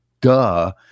Duh